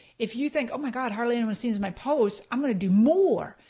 if you think oh my god hardly anyone sees my posts, i'm gonna do more.